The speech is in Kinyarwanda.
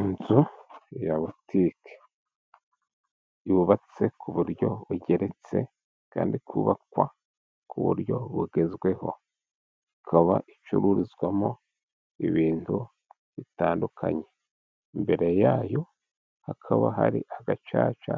Inzu ya butike yubatse ku buryo bugeretse kandi ikubakwa ku buryo bugezweho, ikaba icururizwamo ibintu bitandukanye. Imbere yayo hakaba hari agacaca